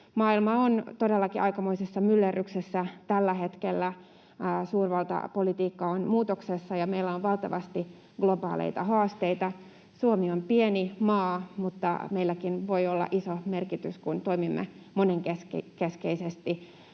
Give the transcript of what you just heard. Maailma on todellakin aikamoisessa myllerryksessä tällä hetkellä. Suurvaltapolitiikka on muutoksessa, ja meillä on valtavasti globaaleita haasteita. Suomi on pieni maa, mutta meilläkin voi olla iso merkitys, kun toimimme monenkeskisesti